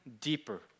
deeper